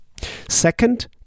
Second